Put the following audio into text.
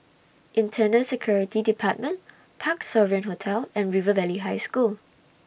Internal Security department Parc Sovereign Hotel and River Valley High School